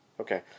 Okay